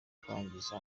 kwangiza